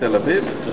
אצלו זה אמיתי.